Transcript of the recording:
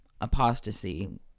apostasy